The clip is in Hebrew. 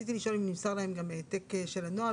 רציתי לשאול אם נמסר להם גם העתק של הנוהל,